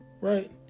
Right